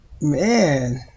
Man